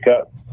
up